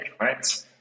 right